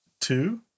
two